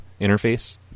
interface